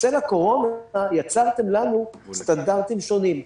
בצל הקורונה יצרתם לנו סטנדרטים שונים.